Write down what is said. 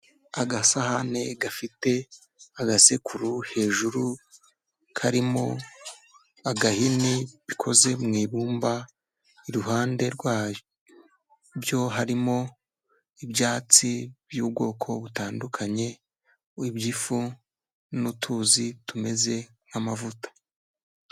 Agasahane gafite agasekuru hejuru karimo agahini bikoze mu ibumba, iruhande rwa byo harimo ibyatsi by'ubwoko butandukanye, w'iby'ifu n'utuzi tumeze nk'amavuta.